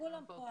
היום כולם כאן.